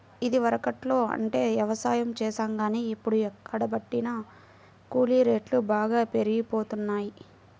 ఇదివరకట్లో అంటే యవసాయం చేశాం గానీ, ఇప్పుడు ఎక్కడబట్టినా కూలీ రేట్లు బాగా పెరిగిపోతన్నయ్